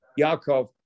Yaakov